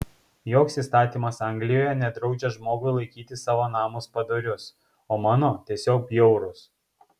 joks įstatymas anglijoje nedraudžia žmogui laikyti savo namus padorius o mano tiesiog bjaurūs